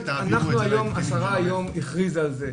תעבירו את זה --- השרה היום הכריזה על זה,